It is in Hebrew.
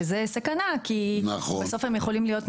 שזה סכנה כי בסוף הם יכולים להיות ממונפים,